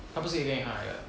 他不是给你 hire